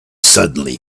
suddenly